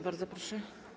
Bardzo proszę.